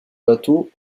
bateaux